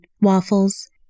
Waffles